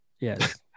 Yes